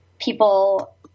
people